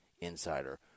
insider